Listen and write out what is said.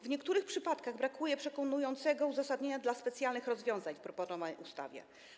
W niektórych przypadkach brakuje przekonującego uzasadnienia dla specjalnych rozwiązań w proponowanej ustawie.